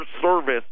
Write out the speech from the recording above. service